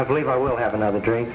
i believe i will have another drink